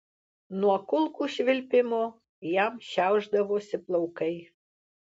nuo kulkų švilpimo jam šiaušdavosi plaukai